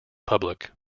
public